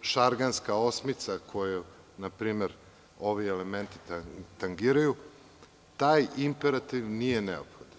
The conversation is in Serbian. „Šarganska osmica“, koju ovi elementi tangiraju, taj imperativ nije neophodan.